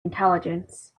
intelligence